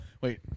Wait